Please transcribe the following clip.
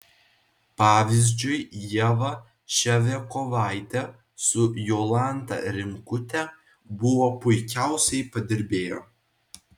pavyzdžiui ieva ševiakovaitė su jolanta rimkute buvo puikiausiai padirbėjo